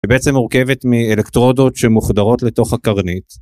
היא בעצם מורכבת מאלקטרודות שמוחדרות לתוך הקרנית.